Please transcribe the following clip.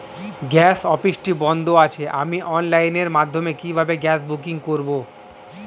Gas অফিসটি বন্ধ আছে আমি অনলাইনের মাধ্যমে কিভাবে গ্যাস বুকিং করব?